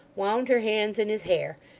wound her hands in his hair,